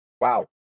Wow